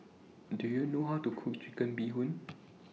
Do YOU know How to Cook Chicken Bee Hoon